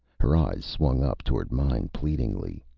her eyes swung up toward mine pleadingly.